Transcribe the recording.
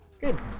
Good